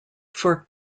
for